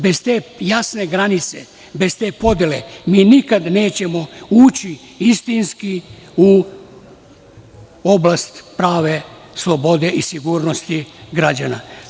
Bez te jasne granice, bez te podele, mi nikad nećemo ući istinski u oblast prave slobode i sigurnosti građana.